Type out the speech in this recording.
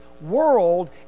world